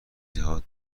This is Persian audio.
جهات